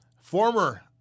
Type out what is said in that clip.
former